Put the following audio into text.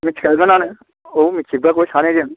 मिथिखागोनानो औ मिथियोब्लाबो सानैजों